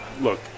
look